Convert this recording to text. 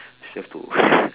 still have to